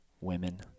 women